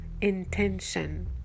intention